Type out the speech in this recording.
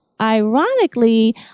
ironically